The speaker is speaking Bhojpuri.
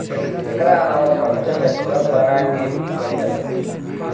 एकरा अलावा समुंद्र में सुरंग बना के भी कईल जाला